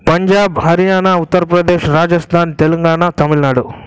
Punjab Haryana Uttar Pradesh Rajasthan Telangana Tamil Nadu